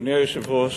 אדוני היושב-ראש,